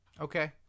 Okay